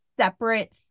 separate